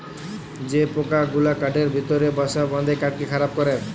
যে পকা গুলা কাঠের ভিতরে বাসা বাঁধে কাঠকে খারাপ ক্যরে